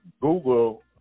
Google